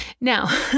Now